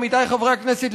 עמיתיי חברי הכנסת,